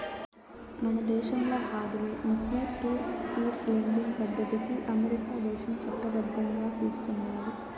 మన దేశంల కాదులే, ఈ పీర్ టు పీర్ లెండింగ్ పద్దతికి అమెరికా దేశం చట్టబద్దంగా సూస్తున్నాది